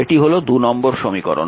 এটি হল নম্বর সমীকরণ